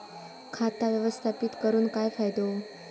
खाता व्यवस्थापित करून काय फायदो?